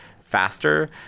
faster